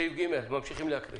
אנחנו ממשיכים להקריא.